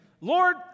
Lord